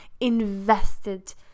invested